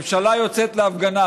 ממשלה יוצאת להפגנה,